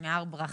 היא מהר ברכה.